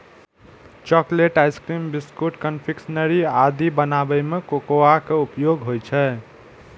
chocolate, ice cream, biscuit, confectionery आदि बनाबै मे कोकोआ के उपयोग होइ छै